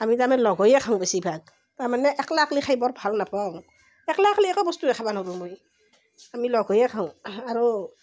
আমি তাৰমানে লগ হৈয়ে খাওঁ বেছিভাগ তাৰমানে একলা একলা খাই বৰ ভাল নাপাওঁ একলা একলা একো বস্তুৱেই খাব নৰোঁ মই আমি লগ হৈয়েই খাওঁ আৰু